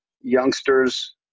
youngsters